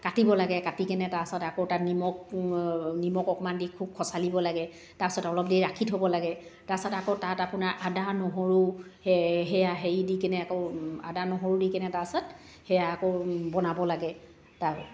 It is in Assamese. কাটিব লাগে কাটিকেনে তাৰপিছত আকৌ তাত নিমখ নিমখ অকণমান দি খুব খছালিব লাগে তাৰপিছত অলপ দেৰি ৰাখি থব লাগে তাৰপিছত আকৌ তাত আপোনাৰ আদা নহৰু সেয়া হেৰি দিকেনে আকৌ আদা নহৰু দিকেনে তাৰপিছত সেয়া আকৌ বনাব লাগে তাক